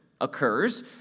occurs